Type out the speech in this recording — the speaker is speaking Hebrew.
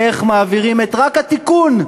איך מעבירים רק את התיקון,